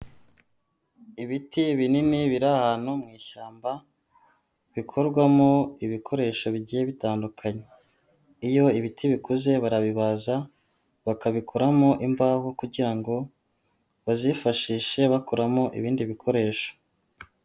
Ibiti binini biri ahantu mu ishyamba, bikorwamo ibikoresho bigiye bitandukanye, iyo ibiti bikuze barabibaza, bakabikuramo imbaho kugira ngo bazifashishe bakoramo ibindi bikoresho.